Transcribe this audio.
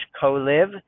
co-live